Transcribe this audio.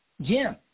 Jim